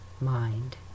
mind